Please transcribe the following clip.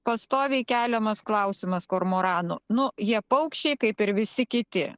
pastoviai keliamas klausimas kormoranų nu jie paukščiai kaip ir visi kiti